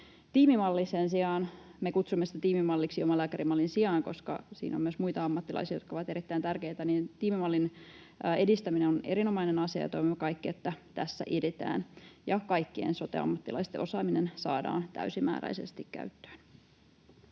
me kutsumme sitä tiimimalliksi omalääkärimallin sijaan, koska siinä on myös muita ammattilaisia, jotka ovat erittäin tärkeitä — edistäminen on erinomainen asia, ja toivomme kaikki, että tässä edetään ja kaikkien sote-ammattilaisten osaaminen saadaan täysimääräisesti käyttöön.